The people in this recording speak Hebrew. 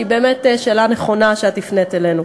שהיא באמת שאלה נכונה שאת הפנית אלינו.